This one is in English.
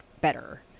better